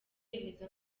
yemeza